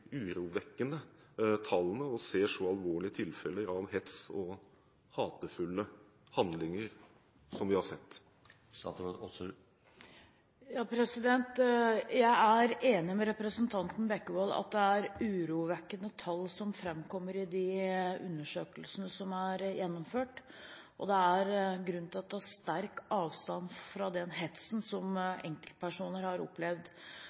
urovekkende tallene og ser så alvorlige tilfeller av hets og hatefulle handlinger som vi har sett? Jeg er enig med representanten Bekkevold i at det er urovekkende tall som framkommer i de undersøkelsene som er gjennomført. Det er grunn til å ta sterk avstand fra den hetsen som enkeltpersoner har opplevd.